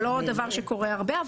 זה לא דבר שקורה הרבה,